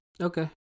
Okay